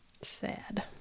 Sad